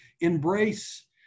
embrace